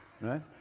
right